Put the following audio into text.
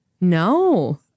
no